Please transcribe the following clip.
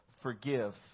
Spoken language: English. forgive